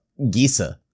gisa